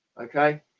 Okay